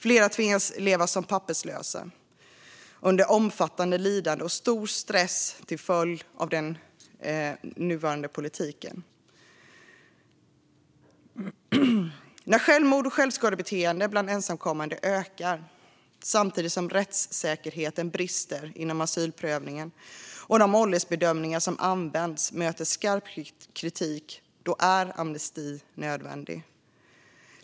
Flera tvingas leva som papperslösa under omfattande lidande och stor stress till följd av den nuvarande politiken. När självmord och självskadebeteende bland ensamkommande ökar samtidigt som rättssäkerheten brister inom asylprövningen och de åldersbedömningar som används möter skarp kritik är amnesti nödvändig.